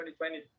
2020